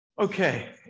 Okay